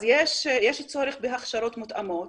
אז יש צורך בהכשרות מותאמות,